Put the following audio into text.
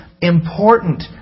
important